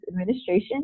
administration